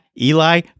Eli